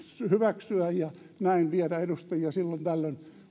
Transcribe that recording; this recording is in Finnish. hyväksyä ja näin viedä edustajia silloin tällöin